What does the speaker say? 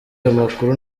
amakuru